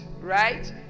right